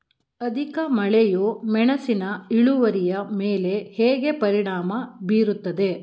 ಅಧಿಕ ಮಳೆಯು ಮೆಣಸಿನ ಇಳುವರಿಯ ಮೇಲೆ ಹೇಗೆ ಪರಿಣಾಮ ಬೀರುತ್ತದೆ?